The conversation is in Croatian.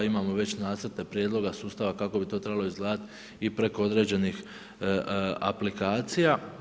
Imamo već nacrte prijedloga sustava kako bi to trebalo izgledati i preko određenih aplikacija.